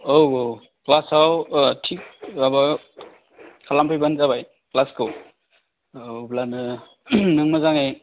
औ औ क्लासाव थिक माबा खालामफैबानो जाबाय क्लासखौ अब्लानो नों मोजाङै